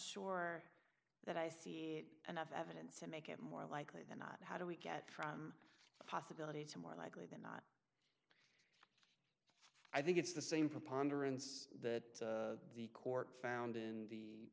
sure that i see it enough evidence to make it more likely than not how do we get from a possibility to more likely than not i think it's the same preponderance that the court found in the